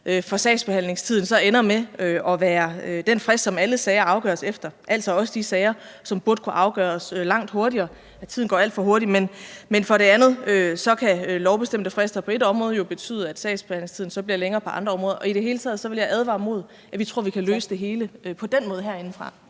for sagsbehandlingstiden så ender med at være den frist, som alle sager afgøres efter, altså også de sager, som burde kunne afgøres langt hurtigere – tiden går alt for hurtigt. Men for det andet kan lovbestemte frister på et område jo betyde, at sagsbehandlingstiden så bliver længere på andre områder. Og i det hele taget vil jeg advare imod, at vi tror, at vi kan løse det hele på den måde herindefra.